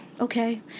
okay